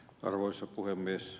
arvoisa puhemies